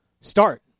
Start